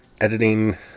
editing